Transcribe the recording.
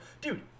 dude